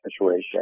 situation